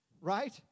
right